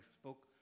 spoke